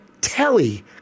telly